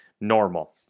normal